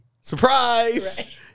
Surprise